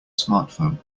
smartphone